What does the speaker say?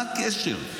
מה הקשר?